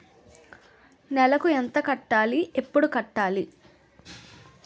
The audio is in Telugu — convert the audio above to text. నెలకు ఎంత కట్టాలి? ఎప్పుడు కట్టాలి?